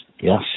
Yes